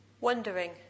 Wondering